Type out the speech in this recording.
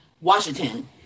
Washington